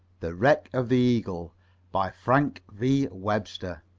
the wreck of the eagle by frank v. webster